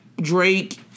Drake